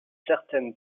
certaine